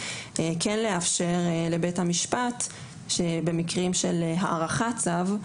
כן לאפשר לבית המשפט שבמקרים של הארכת צו,